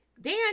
dan